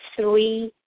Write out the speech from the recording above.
three